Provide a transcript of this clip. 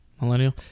Millennial